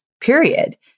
period